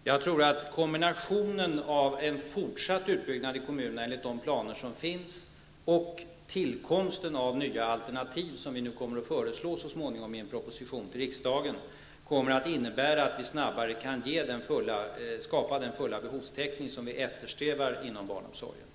Herr talman! Jag tror att kombinationen av en fortsatt utbyggnad i kommunerna enligt de planer som finns och tillkomsten av nya alternativ, som regeringen så småningom kommer att föreslå i en proposition till riksdagen, kommer att innebära att vi snabbare kan skapa den fulla behovstäckning som vi eftersträvar inom barnomsorgen.